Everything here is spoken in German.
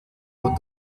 von